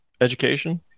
education